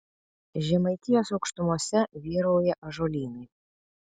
žemaitijos aukštumose vyrauja ąžuolynai